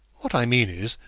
what i mean is,